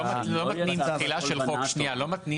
לא מתנים את תחילת החוק בצו.